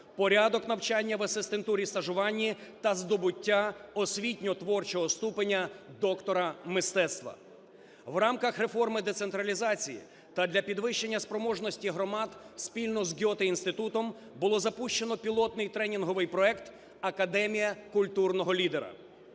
порядок навчання в асистентурі-стажуванні та здобуття освітньо-творчого ступеня доктора мистецтва. В рамках реформи децентралізації та для підвищення спроможності громад спільно з Ґете-Інститутом було запущено пілотнийтренінговий проект "Академія культурного лідера",